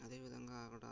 అదేవిధంగా అక్కడ